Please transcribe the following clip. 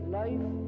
life